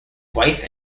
wife